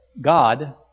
God